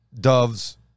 doves